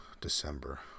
December